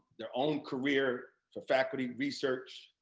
their own career for faculty, research,